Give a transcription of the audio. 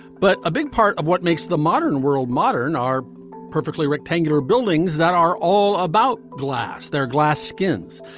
but a big part of what makes the modern world modern are perfectly rectangular buildings that are all about glass. they're glass skins.